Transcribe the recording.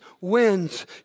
wins